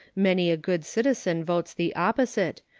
many a good citizen votes the opposite,